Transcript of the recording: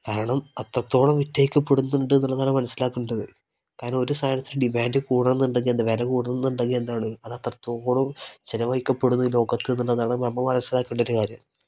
കാരണം അത്രത്തോളം വിട്ടഴിക്കപ്പെടുന്നുണ്ട് എന്നുള്ളതാണ് മനസ്സിലാക്കേണ്ടത് കാരണം ഒരു സാധനത്തിന് ഡിമാൻഡ് കൂടുകയാണെന്നുണ്ടെങ്കിൽ എന്താ വില കൂടുകയാണെന്നുണ്ടെങ്കിൽ എന്താണ് അതത്രത്തോളം ചെലവഴിക്കപ്പെടുന്ന ഈ ലോകത്ത് എന്നുള്ളതാണ് നമ്മൾ മനസ്സിലാക്കേണ്ട ഒരു കാര്യം